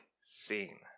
scene